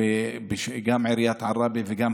גם עיריית עראבה וגם